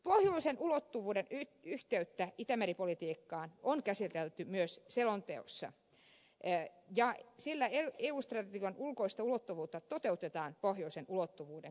pohjoisen ulottuvuuden yhteyttä itämeri politiikkaan on käsitelty myös selonteossa sillä eu strategian ulkoista ulottuvuutta toteutetaan pohjoisen ulottuvuuden kautta